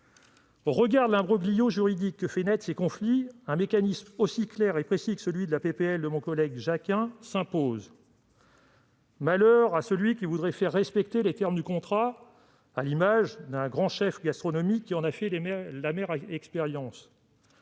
Au regard de l'imbroglio juridique que font naître ces conflits, un mécanisme aussi clair et précis que celui défendu par mon collègue Jacquin s'impose. Malheur à celui qui voudrait faire respecter les termes du contrat, à l'image du grand chef gastronomique qui en a fait l'amère expérience